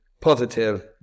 positive